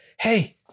Hey